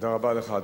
תודה רבה לך,